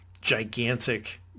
gigantic